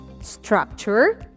Structure